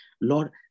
Lord